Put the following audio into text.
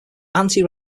anti